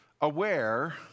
aware